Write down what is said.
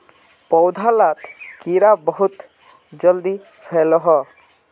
पौधा लात कीड़ा बहुत जल्दी फैलोह